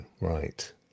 Right